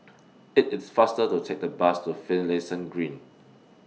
IT IS faster to Take The Bus to Finlayson Green